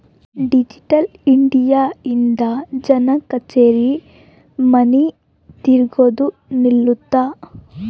digital India ಇಂದ ಜನ ಕಛೇರಿ ಮನಿ ತಿರ್ಗದು ನಿಲ್ಲುತ್ತ